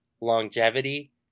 longevity